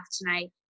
tonight